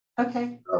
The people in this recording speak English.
okay